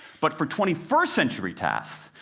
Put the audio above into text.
but for twenty first century tasks,